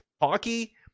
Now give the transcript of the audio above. Hockey